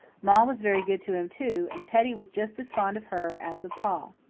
ma was very good to him, too, and teddy was just as fond of her as of pa.